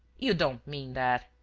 you don't mean that!